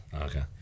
okay